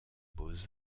beaux